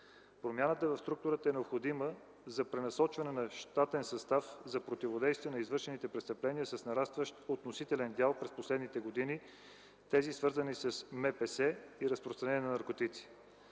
Промяната в структурата е необходима за пренасочване на щатен състав за противодействие на извършените престъпления с нарастващ относителен дял през последните години – тези, свързани с МПС и разпространение на наркотици.